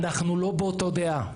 אנחנו לא באותה דעה.